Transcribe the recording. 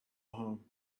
home